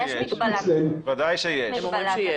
בוודאי שיש.